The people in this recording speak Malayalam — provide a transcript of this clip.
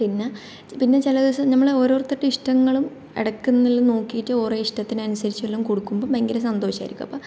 പിന്നെ ചില ദിവസം നമ്മൾ ഓരോരുത്തരുടെ ഇഷ്ടങ്ങളും ഇടക്കെന്നെല്ലാം നോക്കിയിട്ട് ഓറ ഇഷ്ടത്തിന് അനുസരിച്ചെല്ലാം കൊടുക്കുമ്പോൾ ഭയങ്കര സന്തോഷമായിരിക്കും അപ്പം